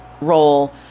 role